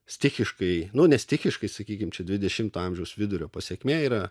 stichiškai nu ne stichiškai sakykim čia dvidešimto amžiaus vidurio pasekmė yra